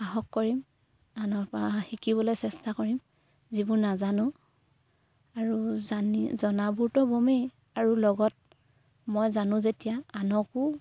সাহস কৰিম আনৰ পৰা শিকিবলৈ চেষ্টা কৰিম যিবোৰ নাজানো আৰু জানি জনাবোৰতো বমেই আৰু লগত মই জানো যেতিয়া আনকো